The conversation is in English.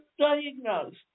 diagnosed